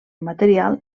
material